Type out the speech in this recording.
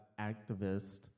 activist